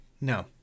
No